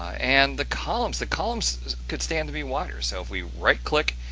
and the columns the columns could stand to be wider. so, if we right click,